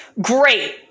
great